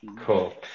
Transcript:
Cool